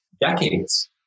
decades